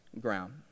ground